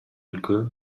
өлкө